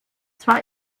zwar